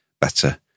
better